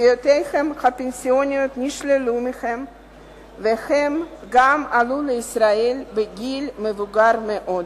זכויותיהם הפנסיוניות נשללו מהם והם גם עלו לישראל בגיל מבוגר מאוד.